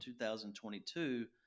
2022